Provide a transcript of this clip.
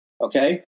Okay